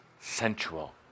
sensual